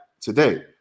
today